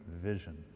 vision